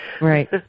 Right